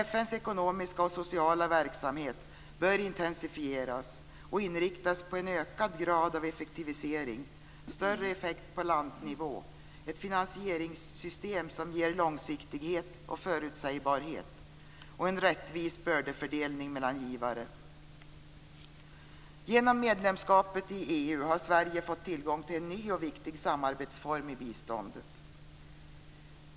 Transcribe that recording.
FN:s ekonomiska och sociala verksamhet bör intensifieras och inriktas på en ökad grad av effektivisering, större effekt på landnivå, ett finansieringssystem som ger långsiktighet och förutsägbarhet och en rättvis bördefördelning mellan givare. Genom medlemskapet i EU har Sverige fått tillgång till en ny och viktig samarbetsform i biståndet.